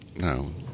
No